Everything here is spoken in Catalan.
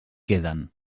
queden